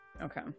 Okay